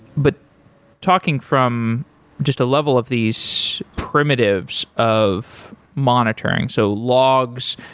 but talking from just a level of these primitives of monitoring so logs,